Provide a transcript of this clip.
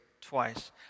twice